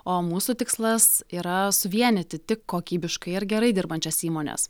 o mūsų tikslas yra suvienyti tik kokybiškai ir gerai dirbančias įmones